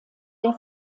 der